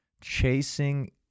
chasing